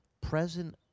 present